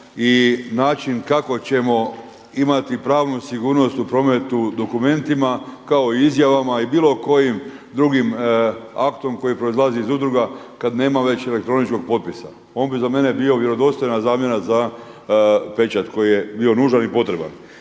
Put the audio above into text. i način kako ćemo imati pravnu sigurnost u prometu dokumentima kao i izjavama i bilo kojim drugim aktom koji proizlazi iz udruga, kad nema već elektroničkog potpisa. On bi za mene bio vjerodostojna zamjena za pečat koji je bio nužan i potreban.